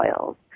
oils